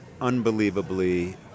unbelievably